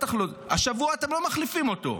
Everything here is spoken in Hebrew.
השבוע אתם לא מחליפים אותו.